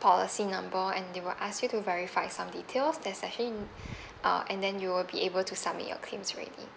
policy number and they will ask you to verify some details there's actually uh able to submit your claims already